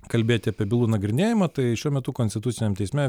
kalbėti apie bylų nagrinėjimą tai šiuo metu konstituciniam teisme